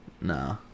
Nah